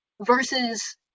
versus